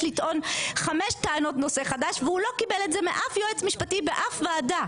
לטעון חמש טענות נושא חדש והוא לא קיבל את זה מאף יועץ משפטי באף ועדה.